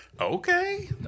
Okay